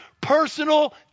personal